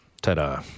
Ta-da